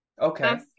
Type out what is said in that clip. Okay